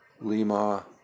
Lima